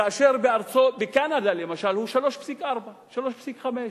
כאשר בקנדה, למשל, זה 3.4, 3.5,